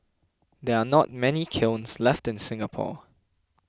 there are not many kilns left in Singapore